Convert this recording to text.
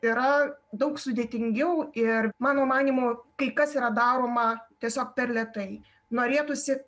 yra daug sudėtingiau ir mano manymu kai kas yra daroma tiesiog per lėtai norėtųsi